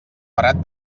parat